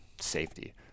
safety